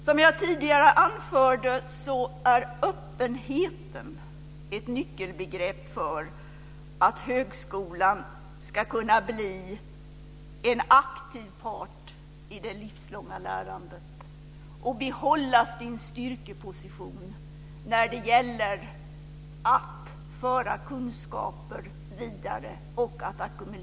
Som jag tidigare anförde är öppenheten ett nyckelbegrepp för att högskolan ska kunna bli en aktiv part i det livslånga lärandet och behålla sin styrkeposition när det gäller att föra kunskaper vidare och ackumulera kunskap.